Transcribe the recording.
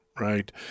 Right